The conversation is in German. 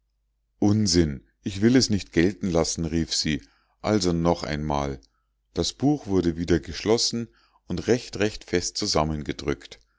unsinn ich will es nicht gelten lassen rief sie also noch einmal das buch wurde wieder geschlossen und recht recht fest zusammengedrückt